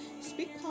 speak